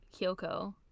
Kyoko